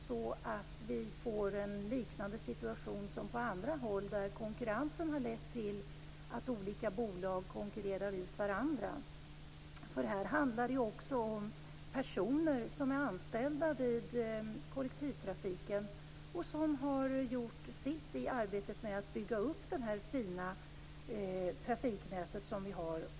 Vi skulle kunna få en liknande situation som på andra håll, där konkurrensen har lett till att olika bolag konkurrerar ut varandra. Här handlar det också om personer som är anställda vid kollektivtrafiken och som har gjort sitt i arbetet för att bygga upp det fina trafiknät som vi har.